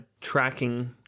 tracking